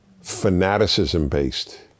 fanaticism-based